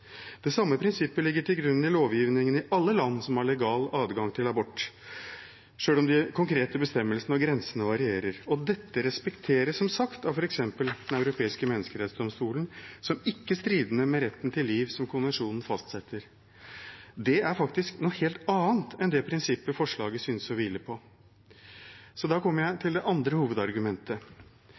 Det samme prinsippet ligger til grunn i lovgivningen i alle land som har legal adgang til abort, selv om de konkrete bestemmelsene og grensene varierer. Og dette respekteres, som sagt, av f.eks. Den europeiske menneskerettsdomstolen, som ikke stridende med retten til liv, som konvensjonen fastsetter. Det er faktisk noe helt annet enn det prinsippet forslaget synes å hvile på. Da kommer jeg til det andre hovedargumentet.